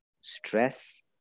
stress